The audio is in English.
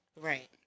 Right